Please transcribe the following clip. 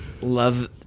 love